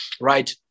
right